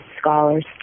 scholars